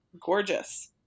Gorgeous